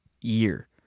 year